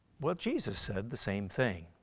well jesus said the same thing.